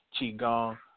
Qigong